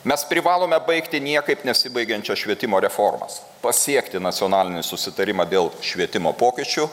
mes privalome baigti niekaip nesibaigiančias švietimo reformas pasiekti nacionalinį susitarimą dėl švietimo pokyčių